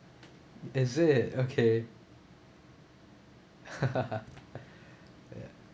is it okay ya